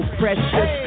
precious